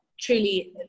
truly